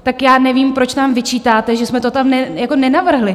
Tak já nevím, proč nám vyčítáte, že jsme to tam nenavrhli.